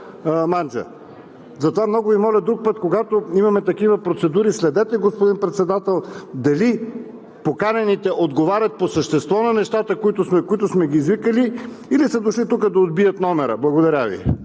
манджа. Затова, много Ви моля, друг път, когато имаме такива процедури, следете, господин Председател, дали поканените отговарят по същество на нещата, за които сме ги извикали, или са дошли тук да отбият номера. Благодаря Ви.